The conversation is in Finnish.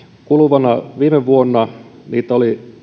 vuonna kaksituhattaviisitoista viime vuonna niitä oli